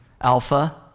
alpha